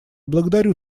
благодарю